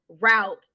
route